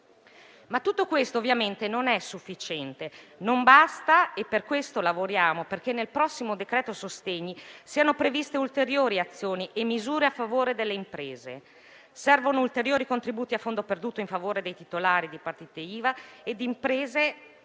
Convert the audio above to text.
Tutto questo, però, ovviamente non è sufficiente, non basta e per questo lavoriamo perché nel prossimo decreto sostegni siano previste ulteriori azioni e misure a favore delle imprese. Servono ulteriori contributi a fondo perduto in favore dei titolari di partita IVA e di imprese che hanno